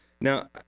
now